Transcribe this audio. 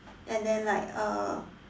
and then like uh